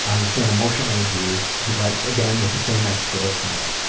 he's been emotionally abused. he writes, again, with the same ex-girlfriend.